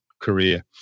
career